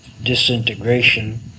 disintegration